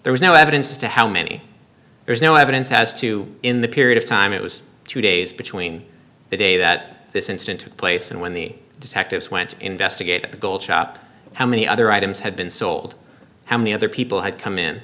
there was no evidence to how many there's no evidence as to in the period of time it was two days between the day that this incident took place and when the detectives went to investigate the goal shop how many other items had been sold how many other people had come in